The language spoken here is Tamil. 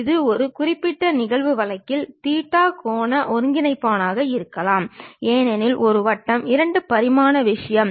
இது ஒரு குறிப்பிட்ட நிகழ்வு வழக்கில் தீட்டா கோண ஒருங்கிணைப்பாக இருக்கலாம் ஏனெனில் இது ஒரு வட்டம் 2 பரிமாண விஷயம்